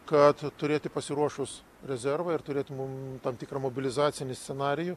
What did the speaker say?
kad turėti pasiruošus rezervą ir turėt mum tam tikrą mobilizacinį scenarijų